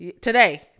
Today